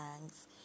thanks